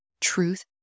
truth